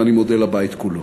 אני מודה לבית כולו.